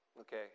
Okay